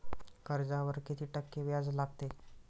कर्जावर किती टक्के व्याज लागते?